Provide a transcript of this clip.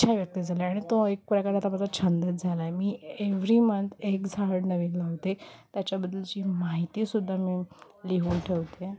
इच्छा व्यक्त झाले आणि तो एक प्रकार आता माझा छंदच झाला आहे मी एवरी मंथ एक झाड नवीन लावते त्याच्याबद्दलची माहितीसुद्धा मी लिहून ठेवते